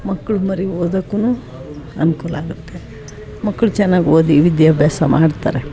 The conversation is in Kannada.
ಮಕ್ಕಳು ಮರಿ ಓದಕ್ಕು ಅನುಕೂಲ ಆಗುತ್ತೆ ಮಕ್ಕಳು ಚೆನ್ನಾಗಿ ಓದಿ ವಿದ್ಯಾಭ್ಯಾಸ ಮಾಡ್ತಾರೆ